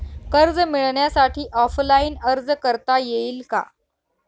कर्ज मिळण्यासाठी ऑफलाईन अर्ज करता येईल का?